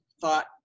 thought